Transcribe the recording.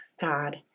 God